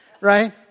right